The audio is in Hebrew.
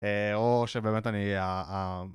או שבאמת אני...